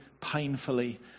painfully